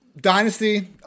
Dynasty